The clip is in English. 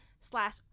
slash